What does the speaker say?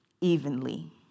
evenly